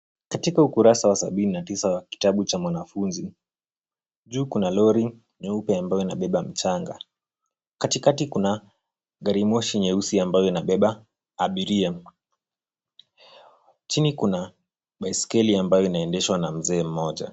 Katika ukurasa wa sabini na tisa wa kitabu cha mwanafunzi . Juu kuna lori nyeupe ambayo inabeba mchanga , katikati kuna garimoshi nyeusi ambayo inabeba abiria ,chini kuna baiskeli ambayo inaendeshwa na mzee mmoja.